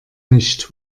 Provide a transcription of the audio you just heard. nicht